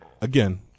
Again